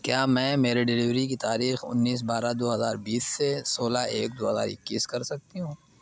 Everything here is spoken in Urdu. کیا میں میری ڈیلیوری کی تاریخ انیس بارہ دو ہزار بیس سے سولہ ایک دو ہزار اکیس کر سکتی ہوں